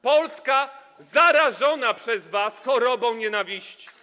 Polska zarażona przez was chorobą nienawiści.